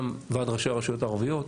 גם ועד ראשי הרשויות הערביות,